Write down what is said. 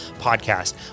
podcast